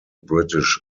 british